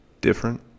different